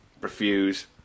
Refuse